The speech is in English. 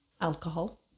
alcohol